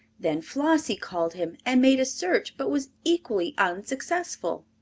then flossie called him and made a search, but was equally unsuccessful.